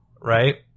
right